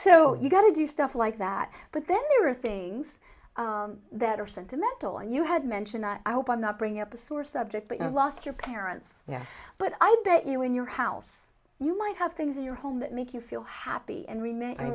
so you got to do stuff like that but then there are things that are sentimental and you had mentioned i hope i'm not bringing up a sore subject but you have lost your parents yes but i bet you in your house you might have things in your home that make you feel happy and remain